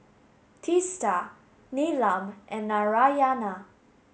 Teesta Neelam and Narayana